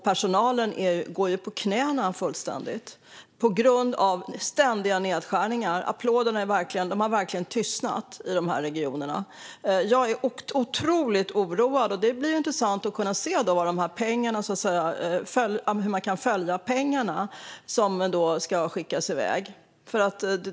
Personalen går fullständigt på knäna på grund av ständiga nedskärningar. Applåderna har verkligen tystnat i dessa regioner. Jag är otroligt oroad. Det blir intressant att se om man kan följa de här pengarna.